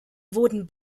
wurden